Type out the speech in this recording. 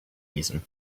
reason